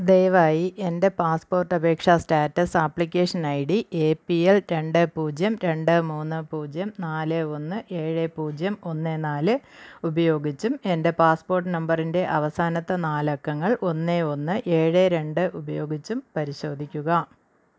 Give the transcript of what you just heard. ദയവായി എൻ്റെ പാസ്പോർട്ട് അപേക്ഷാ status application I D A P L രണ്ട് പൂജ്യം രണ്ട് മൂന്ന് പൂജ്യം നാല് ഒന്ന് ഏഴ് പൂജ്യം ഒന്ന് നാല് ഉപയോഗിച്ചും എൻ്റെ പാസ്പോർട്ട് നമ്പറിൻ്റെ അവസാനത്തെ നാലക്കങ്ങൾ ഒന്ന് ഒന്ന് ഏഴ് രണ്ട് ഉപയോഗിച്ചും പരിശോധിക്കുക